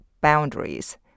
boundaries